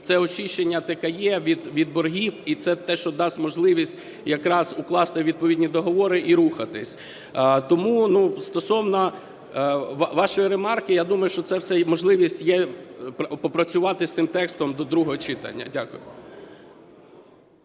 це очищення ТКЕ від боргів, і це те, що дасть можливість якраз укласти відповідні договори і рухатися. Тому стосовно вашої ремарки я думаю, що це все можливість є попрацювати з тим текстом до другого читання. Дякую.